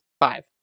Five